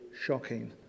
shocking